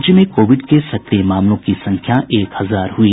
राज्य में कोविड के सक्रिय मामलों की संख्या एक हजार हुई